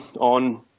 on